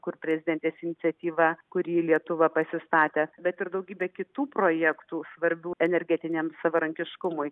kur prezidentės iniciatyva kurį lietuva pasistatė bet ir daugybė kitų projektų svarbių energetiniam savarankiškumui